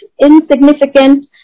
insignificant